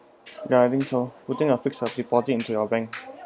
okay I think so putting a fixed uh deposit into your bank